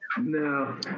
no